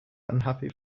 unhappy